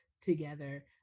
together